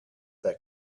that